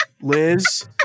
Liz